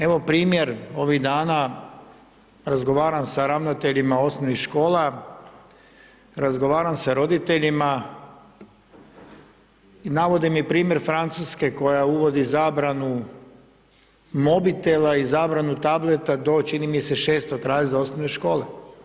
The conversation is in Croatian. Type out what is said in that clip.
Evo primjer ovih dana, razgovaram sa ravnateljima osnovnih škola, razgovaram sa roditeljima i navode mi primjer Francuske koja uvodi zabranu mobitela i zabranu tableta do čini mi se, 6. razreda osnovne škole.